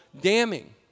damning